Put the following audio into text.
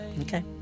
Okay